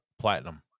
platinum